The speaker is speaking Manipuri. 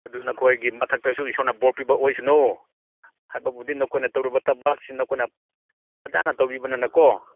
ꯑꯗꯨ ꯅꯈꯣꯏꯒꯤ ꯃꯊꯛꯇꯁꯨ ꯏꯁꯣꯔꯅ ꯕꯣꯔ ꯄꯤꯕ ꯑꯣꯏꯁꯅꯨ ꯍꯥꯏꯕꯕꯨꯗꯤ ꯅꯈꯣꯏꯅ ꯇꯧꯔꯨꯕ ꯊꯕꯛꯁꯤꯡ ꯅꯈꯣꯏꯅ ꯐꯖꯅ ꯇꯧꯕꯤꯕꯅꯤꯅ ꯀꯣ